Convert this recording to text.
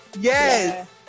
yes